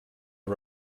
are